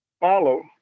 follow